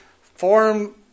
form